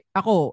ako